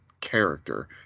character